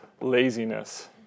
laziness